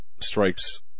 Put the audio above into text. strikes